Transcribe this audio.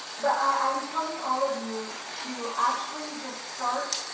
but i'm telling all of you to actually just start,